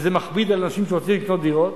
וזה מכביד על אנשים שרוצים לקנות דירות.